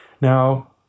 Now